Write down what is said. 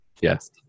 Yes